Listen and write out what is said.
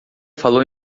falou